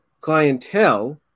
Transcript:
clientele